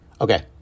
Okay